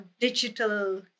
digital